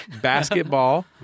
basketball